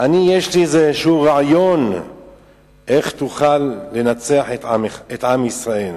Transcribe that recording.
יש לי איזה רעיון איך תוכל לנצח את עם ישראל.